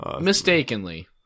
Mistakenly